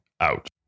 out